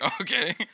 Okay